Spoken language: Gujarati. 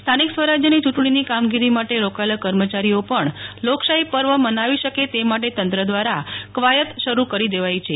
સ્થાનિક સ્વરાજ્યની ચૂંટણીની કામગીરી માટે રોકાયેલા કર્મચારીઓ પણ લોકશાફી પર્વ મનાવી શકે તે માટે તંત્ર દ્વારા કવાયત શરૂ કરી દેવાઇ છે